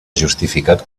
justificat